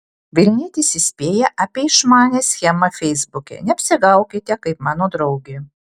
vilnietis įspėja apie išmanią schemą feisbuke neapsigaukite kaip mano draugė